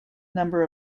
number